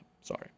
Sorry